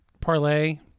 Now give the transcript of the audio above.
parlay